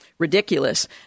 Ridiculous